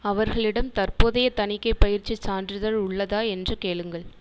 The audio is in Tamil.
அவர்களிடம் தற்போதைய தணிக்கை பயிற்சி சான்றிதழ் உள்ளதா என்று கேளுங்கள்